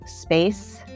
space